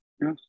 yes